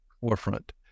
forefront